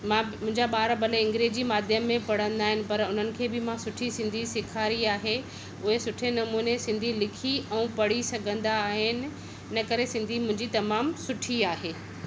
मां मुहिंजा ॿार भले अंग्रेजी माध्यम में पढ़ंदा आहिनि पर उन्हनि खे बि मां सुठी सिन्धी सेखारी आहे उहे सुठे नमूने सिन्धी लिखी ऐं पढ़ी सघंदा आहिनि इन करे सिन्धी मुंहिंजी तमामु सुठी आहे